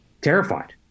terrified